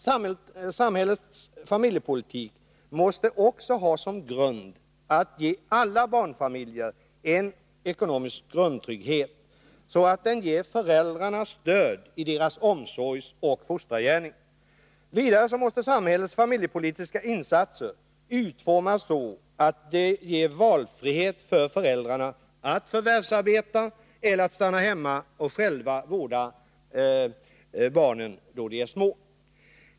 Samhällets familjepolitik måste också ha som grund att ge alla barnfamiljer en ekonomisk grundtrygghet, så utformad att den ger föräldrar stöd i deras omsorgsoch fostrargärning. Vidare måste samhällets familjepolitiska insatser utformas så att de ger valfrihet för föräldrarna att förvärvsarbeta eller att stanna hemma och själva vårda barnen då de är små.